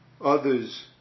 others